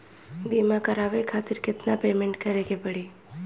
बीमा करावे खातिर केतना पेमेंट करे के पड़ी?